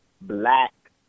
black